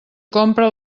compra